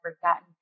forgotten